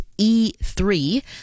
e3